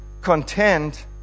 content